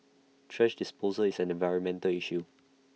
thrash disposal is an environmental issue